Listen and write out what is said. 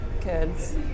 kids